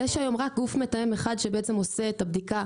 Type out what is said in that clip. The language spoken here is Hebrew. היום יש רק גוף מתאם אחד שעושה את הבדיקה,